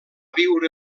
viure